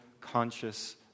conscious